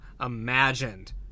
imagined